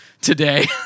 today